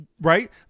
Right